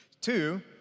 Two